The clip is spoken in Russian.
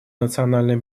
национальной